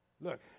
Look